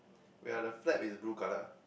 where are the flag is blue colour ah